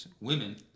women